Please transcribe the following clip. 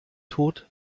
tod